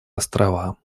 острова